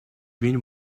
been